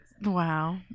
wow